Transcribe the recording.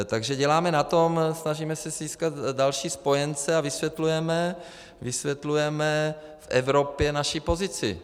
Takže děláme na tom, snažíme se získat další spojence a vysvětlujeme v Evropě naši pozici.